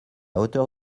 hauteur